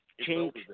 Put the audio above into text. change